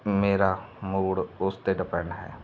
ਮੇਰਾ ਮੂੜ ਉਸ 'ਤੇ ਡਿਪੈਂਡ ਹੈ